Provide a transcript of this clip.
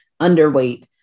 underweight